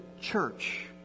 church